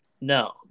no